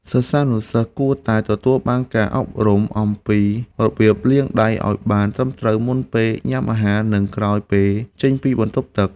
សិស្សានុសិស្សគួរតែទទួលបានការអប់រំអំពីរបៀបលាងដៃឱ្យបានត្រឹមត្រូវមុនពេលញ៉ាំអាហារ និងក្រោយពេលចេញពីបន្ទប់ទឹក។